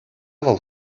вӑл